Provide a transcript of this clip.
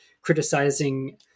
criticizing